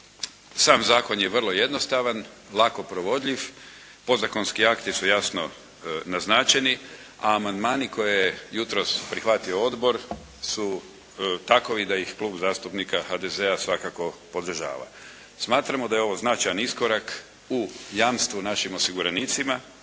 Sam zakon je vrlo jednostavan. Lako provodljiv. Podzakonski akti su jasno naznačeni. A amandmani koje je jutros prihvatio Odbor su takovi da ih Klub zastupnika HDZ-a svakako podržava. Smatramo da je ovo značajan iskorak u jamstvu našim osiguranicima